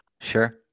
Sure